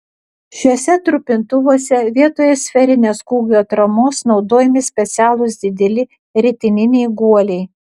šiuose trupintuvuose vietoje sferinės kūgio atramos naudojami specialūs dideli ritininiai guoliai